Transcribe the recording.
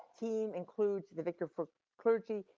team includes the victor for clergy,